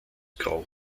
grand